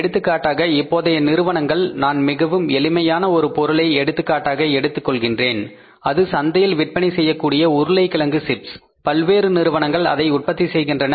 எடுத்துக்காட்டாக இப்போதைய நிறுவனங்கள் நான் மிகவும் எளிமையான ஒரு பொருளை எடுத்துக்காட்டாக எடுத்துக் கொள்கின்றேன் அது சந்தையில் விற்பனை செய்யக்கூடிய உருளைக்கிழங்கு சிப்ஸ் பல்வேறு நிறுவனங்கள் அதை உற்பத்தி செய்கின்றன